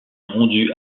rendu